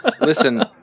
listen